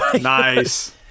Nice